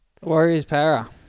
Warriors-Para